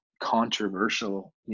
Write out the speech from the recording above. controversial